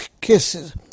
kisses